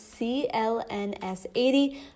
CLNS80